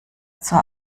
zur